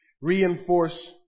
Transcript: reinforce